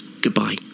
Goodbye